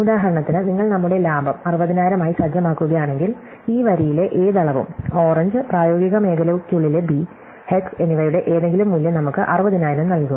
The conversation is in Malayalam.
ഉദാഹരണത്തിന് നിങ്ങൾ നമ്മുടെ ലാഭം 60000 ആയി സജ്ജമാക്കുകയാണെങ്കിൽ ഈ വരിയിലെ ഏത് അളവും ഓറഞ്ച് പ്രായോഗിക മേഖലയ്ക്കുള്ളിലെ ബി എച്ച് എന്നിവയുടെ ഏതെങ്കിലും മൂല്യം നമുക്ക് 60000 നൽകും